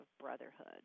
brotherhood